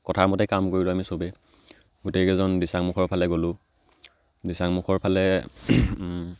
কথাৰ মতে কাম কৰিলোঁ আমি চবেই গোটেইকেইজন দিছাংমুখৰ ফালে গ'লোঁ দিছাংমুখৰ ফালে